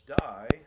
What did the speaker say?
die